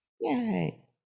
Yay